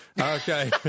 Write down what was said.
Okay